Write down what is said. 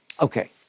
Okay